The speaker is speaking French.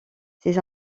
ces